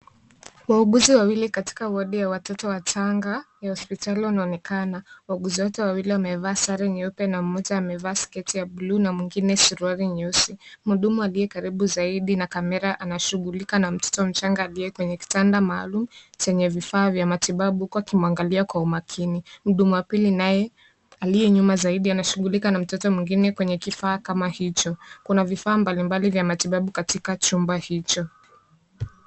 Wauguzi wawili katika wodi ya watoto wachanga ya hospitali, wanaonekana. Wauguzi wote wawili wamevaa sare nyeupe na mmoja amevaa sketi ya blue ,na mwingine suruali nyeusi. Mhudumu aliye karibu zaidi na kamera, anashughulika na mtoto mchanga aliye kwenye kitanda maalum ,chenye vifaa vya matibabu, huku akimwangalia kwa umakini. Mhudumu wa pili naye, aliye nyuma zaidi anashughulika na mtoto mwingine kwenye kifaa kama hicho. Kuna vifaa mbalimbali vya matibabu katika chumba hicho.